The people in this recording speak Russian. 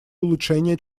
улучшения